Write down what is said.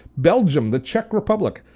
belgium, the czech republic,